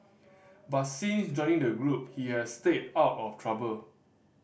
but since joining the group he has stayed out of trouble